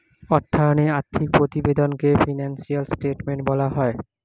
অর্থায়নে আর্থিক প্রতিবেদনকে ফিনান্সিয়াল স্টেটমেন্ট বলা হয়